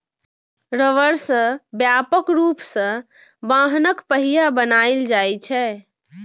रबड़ सं व्यापक रूप सं वाहनक पहिया बनाएल जाइ छै